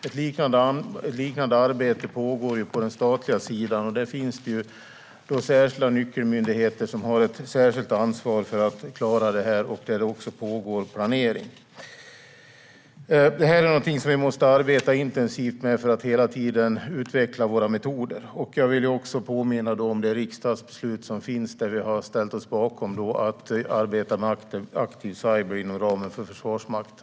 Ett liknande arbete pågår på den statliga sidan. Där finns särskilda nyckelmyndigheter som har ett särskilt ansvar för att klara detta, och där pågår också planering. Detta är något som vi måste arbeta intensivt med för att hela tiden kunna utveckla våra metoder. Jag vill påminna om det riksdagsbeslut som finns där vi har ställt oss bakom att arbeta med aktiv cyber inom ramen för Försvarsmakten.